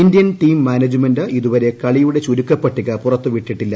Indian team management ഇതുവര്ർ കളികളുടെ ചുരുക്കപ്പട്ടിക പുറത്ത് പിട്ടിട്ടില്ല